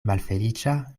malfeliĉa